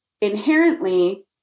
inherently